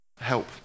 Help